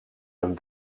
een